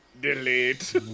delete